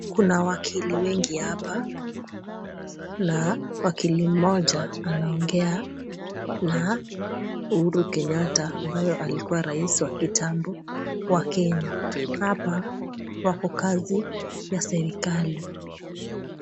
Kuna wakili wengi hapa na wakili mmoja anaongea na Uhuru Kenyatta, ambaye alikuwa rais wa kitambo wa Kenya. Hapa wako kazi ya serikali.